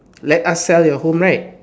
let us sell your home right